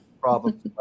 problems